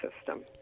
system